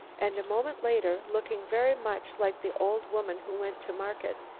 and a moment later, looking very much like the old woman who went to market,